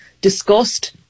discussed